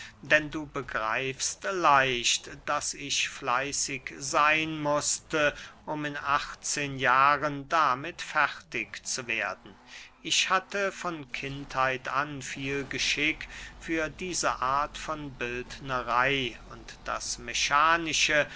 denn du begreifst leicht daß ich fleißig seyn mußte um in achtzehn jahren damit fertig zu werden ich hatte von kindheit an viel geschick für diese art von bildnerey und das mechanische